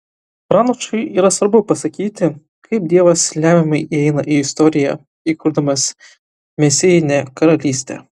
pranašui yra svarbu pasakyti kaip dievas lemiamai įeina į istoriją įkurdamas mesijinę karalystę